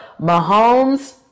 Mahomes